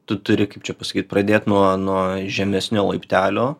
tu turi kaip čia pasakyt pradėt nuo nuo žemesnio laiptelio